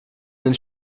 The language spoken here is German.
den